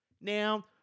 Now